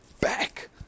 back